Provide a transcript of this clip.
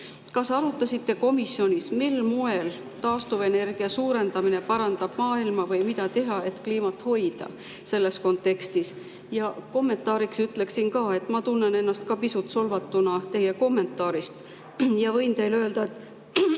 Kas arutasite komisjonis, mil moel taastuvenergia suurendamine parandab maailma või mida teha, et kliimat hoida selles kontekstis? Kommentaariks ütlen veel, et ma tunnen ennast ka pisut solvatuna teie kommentaarist. Võin teile öelda, et